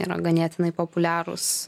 yra ganėtinai populiarūs